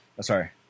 sorry